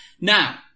Now